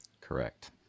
Correct